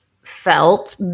felt